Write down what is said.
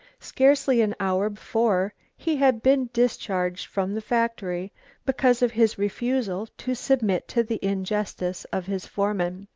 scarcely an hour before he had been discharged from the factory because of his refusal to submit to the injustice of his foreman.